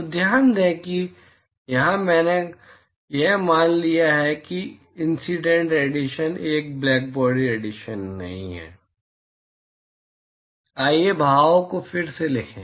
तो ध्यान दें कि यहाँ मैंने यह मान लिया है कि इंसीडेंट रेडिएशन एक ब्लैकबॉडी रेडिएशन नहीं है आइए भावों को फिर से लिखें